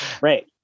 right